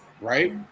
Right